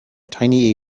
tiny